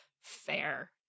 Fair